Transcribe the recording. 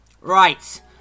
Right